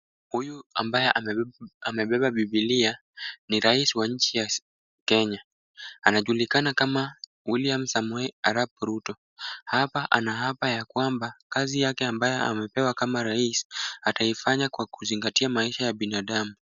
Huyu ambaye amebeba Bibilia ni Rais wa nchi ya Kenya, ana julikana kama William Samuel Arab Ruto. Anaapa ya kwamba kazi yake ambayo amepewa kama Rais ataifanya kwa kuzingatia maisha ya binadamu.